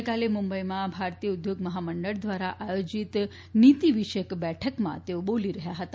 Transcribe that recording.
ગઇકાલે મ્રંબઈમાં ભારતીય ઉદ્યોગ મહામંડળ દ્વારા આયોજીત નીતીવિષયક બેઠકમાં તેઓ બોલી રહ્યા હતા